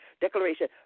declaration